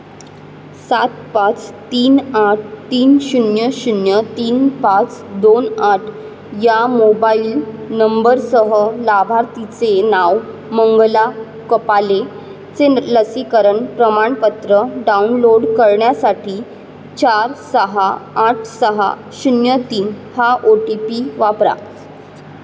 सात पाच तीन आठ तीन शून्य शून्य तीन पाच दोन आठ या मोबाईल नंबरसह लाभार्थीचे नाव मंगला कपालेचे लसीकरण प्रमाणपत्र डाउनलोड करण्यासाठी चार सहा आठ सहा शून्य तीन हा ओ टी पी वापरा